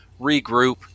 regroup